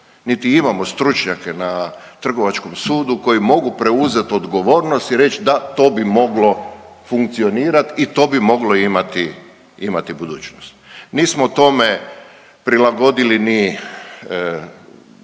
niti imamo stručnjake na Trgovačkom sudu koji mogu preuzet odgovornost i reć da to bi moglo funkcionirat i to bi moglo imati imati budućnost. Nismo tome prilagodili ni